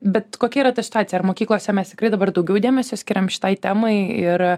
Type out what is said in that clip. bet kokia yra ta situacija ar mokyklose mes tikrai dabar daugiau dėmesio skiriam šitai temai ir